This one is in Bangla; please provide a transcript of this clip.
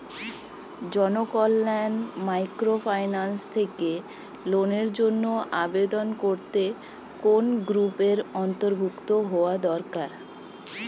জনকল্যাণ মাইক্রোফিন্যান্স থেকে লোনের জন্য আবেদন করতে কোন গ্রুপের অন্তর্ভুক্ত হওয়া দরকার?